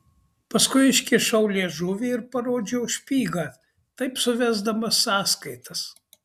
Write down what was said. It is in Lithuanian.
paskui iškišau liežuvį ir parodžiau špygą taip suvesdamas sąskaitas